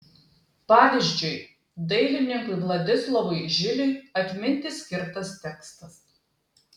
pavyzdžiui dailininkui vladislovui žiliui atminti skirtas tekstas